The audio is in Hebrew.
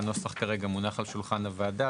והוא כרגע מונח על שולחן הוועדה.